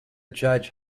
judge